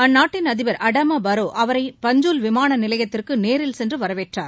அந்நாட்டின் அதிபர் திரு அடாமா பாரோ அவரை பஞ்ஜுல் விமான நிலையத்திற்கு நேரில் சென்று வரவேற்றார்